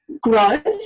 growth